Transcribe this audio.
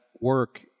work